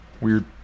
weird